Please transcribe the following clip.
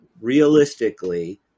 realistically